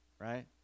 right